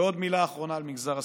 ועוד מילה אחרונה על מגזר הסטודנטים.